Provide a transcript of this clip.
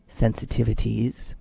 sensitivities